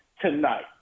tonight